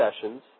sessions